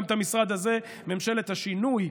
גם את המשרד הזה ממשלת השינוי,